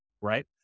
right